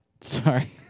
Sorry